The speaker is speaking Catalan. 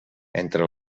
entre